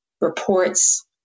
reports